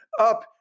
up